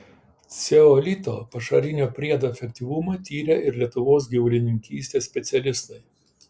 ceolito pašarinio priedo efektyvumą tyrė ir lietuvos gyvulininkystės specialistai